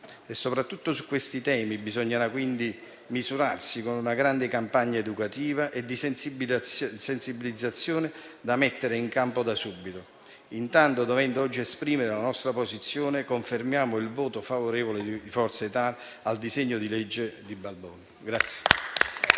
in acqua. Su questi temi bisognerà quindi misurarsi con una grande campagna educativa e di sensibilizzazione, da mettere in campo da subito. Intanto, dovendo oggi esprimere la nostra posizione, confermiamo il voto favorevole di Forza Italia al disegno di legge di iniziativa